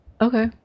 Okay